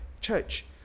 Church